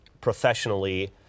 professionally